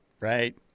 right